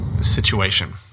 Situation